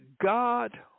God